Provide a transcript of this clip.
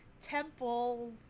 Temple